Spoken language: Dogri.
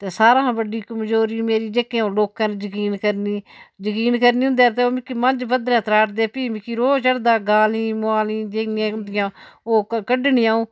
ते सारा हां बड्डी कमजोरी मेरी जेह्की आ'ऊं लोकें'र जकीन करनी जकीन करनी उंदे'र ते ओह् मिकी मंज पददरै'र त्राटदे फ्ही मिकी रोह् चढ़दा गाली मोहाली जिन्नियां होंदियां ओह् कड्डनी आ'ऊं